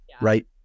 right